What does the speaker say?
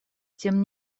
тем